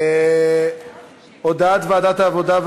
הנושא הבא על סדר-היום: הודעת ועדת העבודה,